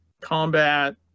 combat